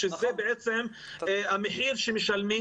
-- כי זה המחיר שמשלמים